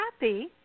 happy